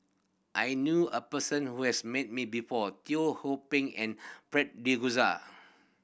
I knew a person who has met before Ho Pin and Fred De